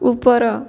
ଉପର